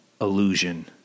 illusion